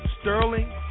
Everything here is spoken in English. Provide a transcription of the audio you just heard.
sterling